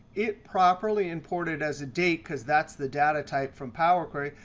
it properly imported as a date, because that's the data type from power query.